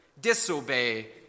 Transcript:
Disobey